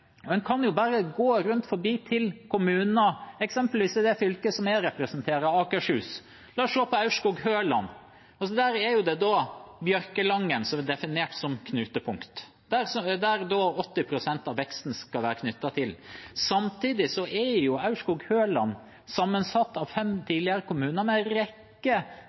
En kan bare gå til kommuner eksempelvis i det fylket jeg representerer, Akershus. La oss se på Aurskog-Høland: Der er Bjørkelangen definert som knutepunkt, der da 80 pst. av veksten skal være. Samtidig er Aurskog-Høland sammensatt av fem tidligere kommuner med en rekke